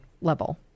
level